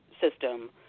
system